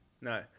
No